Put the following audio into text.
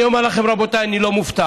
אני אומר לכם, רבותיי, אני לא מופתע.